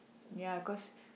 ya cause